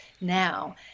now